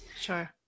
Sure